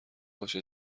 باشه